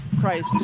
Christ